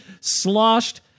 sloshed